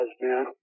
man